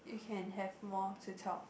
you can have more to talk